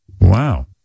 Wow